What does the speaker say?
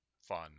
fun